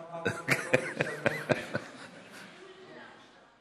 חבל שלא אמרת לי קודם שאני אוריד את זה.